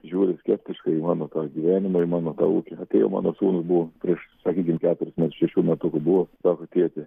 žiūri skeptiškai į mano tą gyvenimą į mano tą ūkį atėjo mano sūnui buvo prieš sakykim keturis net šešių metukų sako tėti